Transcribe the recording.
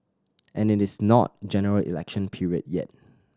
and it is not General Election period yet